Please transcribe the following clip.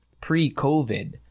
pre-COVID